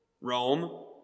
Rome